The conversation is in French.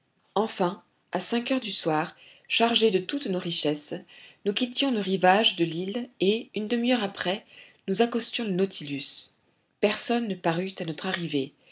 enfin à cinq heures du soir chargés de toutes nos richesses nous quittions le rivage de l'île et une demi-heure après nous accostions le nautilus personne ne parut à notre arrivée